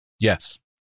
yes